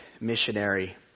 missionary